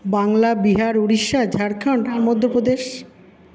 Bangla Bihar Orissa Jharkhand আর Madhya Pradesh